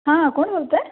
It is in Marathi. हां कोण बोलत आहे